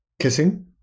kissing